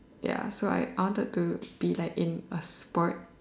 ya so I I wanted to be like in a sport